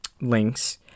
links